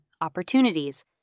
opportunities